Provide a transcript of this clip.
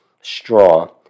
straw